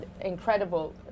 incredible